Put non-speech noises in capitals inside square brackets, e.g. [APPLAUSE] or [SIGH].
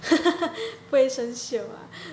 [LAUGHS] 不会生锈 ah